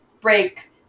break